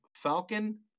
Falcon